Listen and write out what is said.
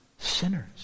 Sinners